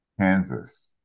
Kansas